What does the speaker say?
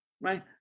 right